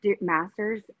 Masters